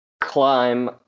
climb